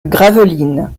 gravelines